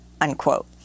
unquote